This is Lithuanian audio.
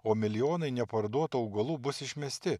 o milijonai neparduotų augalų bus išmesti